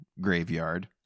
graveyard